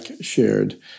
shared